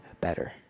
better